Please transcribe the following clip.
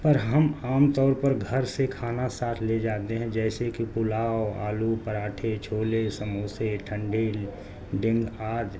پر ہم عام طور پر گھر سے کھانا ساتھ لے جاتے ہیں جیسے کہ پلاؤ آلو پراٹھے چھولے سموسے ٹھنڈی ڈنگ آد